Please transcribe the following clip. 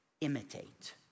imitate